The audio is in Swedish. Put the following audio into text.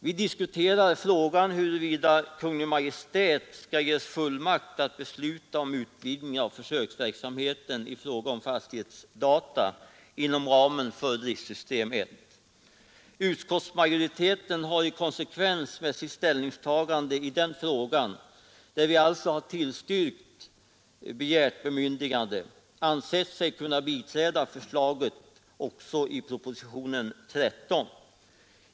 Vi diskuterar i betänkandet huruvida Kungl. Maj:t skall ges fullmakt att besluta om utvidgning av försöksverksamheten när det gäller fastighetsdata inom ramen för driftsystem 1. Utskottsmajoriteten har i konsekvens med sitt ställningstagande i den frågan, där vi alltså tillstyrkt begärt bemyndigande, ansett sig kunna biträda förslaget också i propositionen 13.